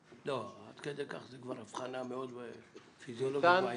לא, עד כדי כך זו כבר אבחנה פיזיולוגית בעייתית.